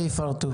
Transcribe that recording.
ויפרטו.